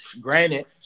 Granted